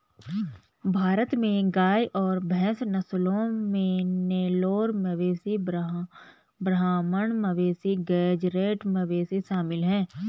भारत में गाय और भैंस नस्लों में नेलोर मवेशी ब्राह्मण मवेशी गेज़रैट मवेशी शामिल है